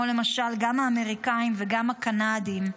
כמו למשל גם האמריקאים וגם הקנדים,